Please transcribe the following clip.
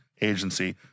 agency